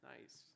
Nice